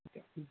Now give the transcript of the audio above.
okay